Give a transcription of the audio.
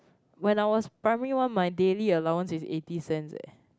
when I was primary one my daily allowance is eighty cents eh